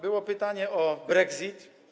Było pytanie o brexit.